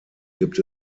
gibt